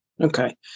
Okay